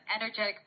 energetic